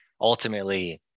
ultimately